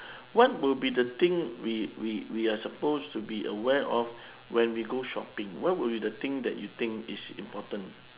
what will be the thing we we we are supposed to be aware of when we go shopping what will be the thing that you think is important